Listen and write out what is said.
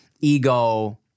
Ego